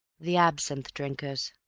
the absinthe drinkers